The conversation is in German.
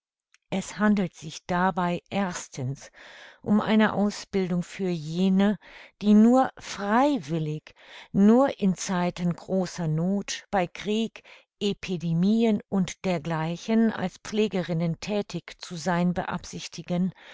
es handelt sich dabei erstens um eine ausbildung für jene die nur freiwillig nur in zeiten großer noth bei krieg epidemien u dergl als pflegerinnen thätig zu sein beabsichtigen